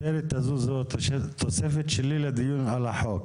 הכותרת הזאת זו תופסת שלי לדיון על החוק.